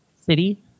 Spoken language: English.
city